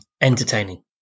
entertaining